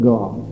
God